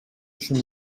үчүн